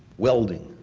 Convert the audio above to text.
welding,